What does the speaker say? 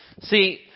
See